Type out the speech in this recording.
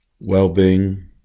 well-being